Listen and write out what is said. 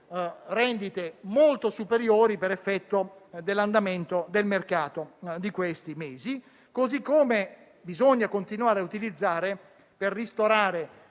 rendite molto superiori per effetto dell'andamento del mercato di questi mesi. Bisogna inoltre continuare a utilizzare, per ristorare